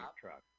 truck